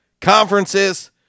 conferences